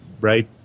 right